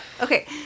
Okay